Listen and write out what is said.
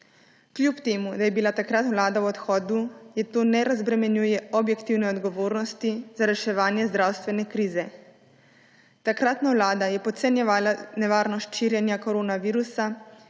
Kljub temu da je bila takrat vlada v odhodu, je to ne razbremenjuje objektivne odgovornosti za reševanje zdravstvene krize. Takratna vlada je podcenjevala nevarnost širjenja koronavirusa